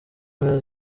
mpera